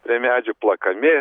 prie medžių plakami